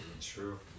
true